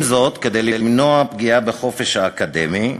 עם זאת, כדי למנוע פגיעה בחופש האקדמי,